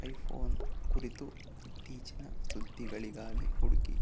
I phone ಕುರಿತು ಇತ್ತೀಚಿನ ಸುದ್ದಿಗಳಿಗಾಗಿ ಹುಡುಕಿ